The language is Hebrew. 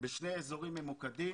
בשני אזורים ממוקדים: